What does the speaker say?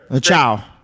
Ciao